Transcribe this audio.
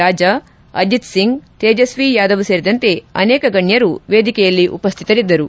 ರಾಜಾ ಅಜಿತ್ಸಿಂಗ್ ತೇಜಸ್ನಿ ಯಾದವ್ ಸೇರಿದಂತೆ ಅನೇಕ ಗಣ್ಣರು ವೇದಿಕೆಯಲ್ಲಿ ಉಪಸ್ನಿತರಿದ್ದರು